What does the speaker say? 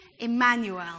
Emmanuel